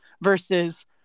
versus